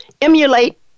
emulate